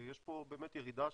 יש פה באמת ירידה